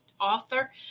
author